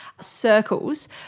circles